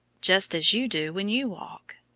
just as you do when you walk.